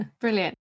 Brilliant